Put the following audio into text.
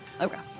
okay